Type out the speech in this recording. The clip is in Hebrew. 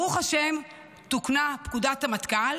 ברוך השם תוקנה פקודת המטכ"ל